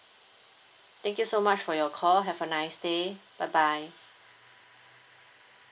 thank you so much for your call have a nice day bye bye